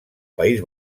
país